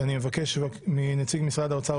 אני מבקש מנציג משרד האוצר,